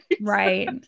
Right